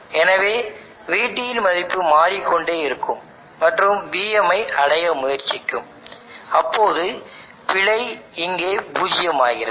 எனவே vT இன் மதிப்பு மாறிக்கொண்டே இருக்கும் மற்றும் vm ஐ அடைய முயற்சிக்கும் அப்போது பிழை இங்கே பூஜ்ஜியமாகிறது